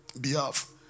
behalf